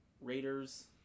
Raiders